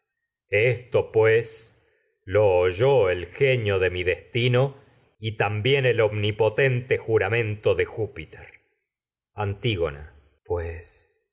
esto pues lo oyó el genio de mi des tino y también el omnipotente juramento de júpiter antígona pues